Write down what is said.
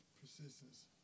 persistence